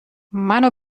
منو